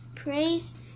Praise